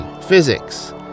physics